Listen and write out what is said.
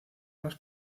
más